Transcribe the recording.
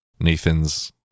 Nathan's